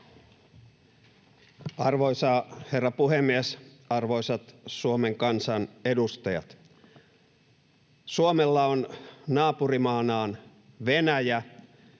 Arvoisa herra puhemies! Arvoisat Suomen kansan edustajat! Suomella on naapurimaanaan Venäjä,